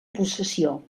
possessió